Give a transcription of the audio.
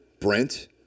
Brent